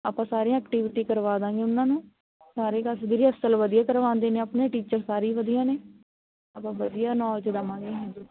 ਆਪਾਂ ਸਾਰੀਆਂ ਐਕਟੀਵਿਟੀ ਕਰਵਾ ਦਾਂਗੇ ਉਹਨਾਂ ਨੂੰ ਸਾਰੇ ਕਾਸੇ ਦੀ ਰਹਿਸਲ ਵਧੀਆ ਕਰਵਾਉਂਦੇ ਨੇ ਆਪਣੇ ਟੀਚਰ ਸਾਰੇ ਵਧੀਆ ਨੇ ਆਪਾਂ ਵਧੀਆ ਨੌਲਜ ਦਵਾਂਗੇ ਹਾਂਜੀ